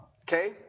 Okay